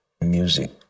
music